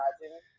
Imagine